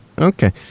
Okay